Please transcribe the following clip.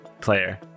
player